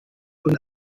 und